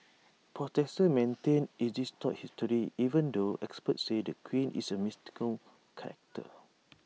protesters maintain IT distorts history even though experts say the queen is A mythical character